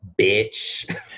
bitch